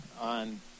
on